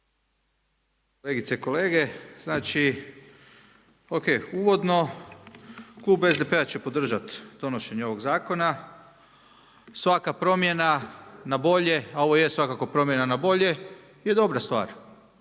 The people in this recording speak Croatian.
Kolegice i kolege, znači o.k. uvodno klub SDP-a će podržat donošenje ovog zakona. Svaka promjena na bolje, a ovo je svakako promjena na bolje je dobra stvar.